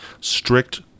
Strict